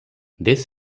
this